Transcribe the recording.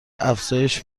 افزایش